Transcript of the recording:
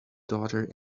daughter